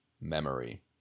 memory